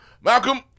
Malcolm